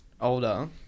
older